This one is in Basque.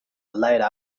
aldaera